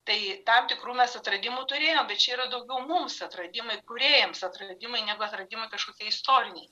tai tam tikrų mes atradimų turėjom bet čia yra daugiau mums atradimai kūrėjams atradimai negu atradimai kažkokie istoriniai